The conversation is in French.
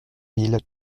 mille